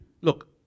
Look